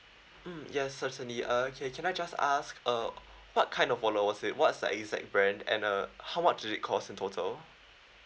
mm ya certainly uh okay can I just ask uh what kind of wallet was it what's the exact brand and uh how much did it cost in total